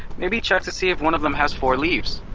maybe check to see if one of them has four leaves?